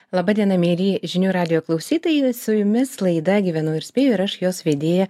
laba diena mieli žinių radijo klausytojai su jumis laida gyvenu ir spėju ir aš jos vedėja